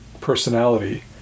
personality